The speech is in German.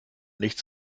nichts